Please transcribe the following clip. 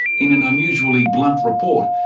in an unusually blunt report,